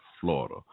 Florida